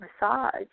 massage